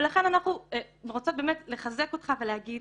ולכן אנחנו רוצות באמת לחזק אותך ולהגיד